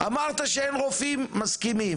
אמרת שאין רופאים מסכימים,